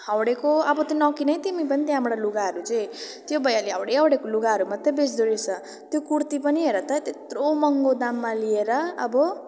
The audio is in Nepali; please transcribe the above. हाउडेको अब त नकिन है तिमी पनि त्यहाँबाट लुगाहरू चाहिँ त्यो भैयाले हौडे हौडेको लुगाहरू लुगाहरू मात्र बेच्दो रहेछ त्यो कुर्ती पनि हेर त त्यत्रो महँगो दाममा लिएर अब